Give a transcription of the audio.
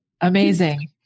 Amazing